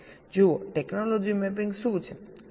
જુઓ technology mapping શું છે